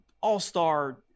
all-star